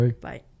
Bye